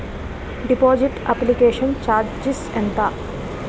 Deposit application charges ఎంత?